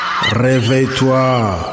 réveille-toi